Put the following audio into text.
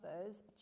others